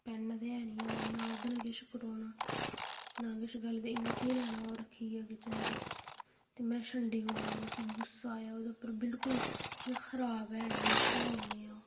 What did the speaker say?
पैना ते ऐ नीं ओह् ते नां गै ओह्दे कन्नै किश कटोना ऐ ना किश गल्ल ते केह् करना ओह् रक्खीियै किचन च ते में छंडी ओड़ना मिगी गुस्सा आया ओह्दे उप्पर खराब ऐ शैल नीं ऐ ओह्